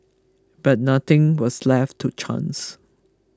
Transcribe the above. but nothing was left to chance